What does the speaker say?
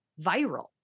viral